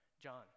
John